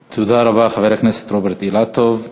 תודה רבה, חבר הכנסת רוברט אילטוב.